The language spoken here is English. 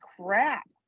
crap